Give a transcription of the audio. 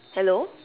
hello